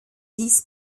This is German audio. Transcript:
dies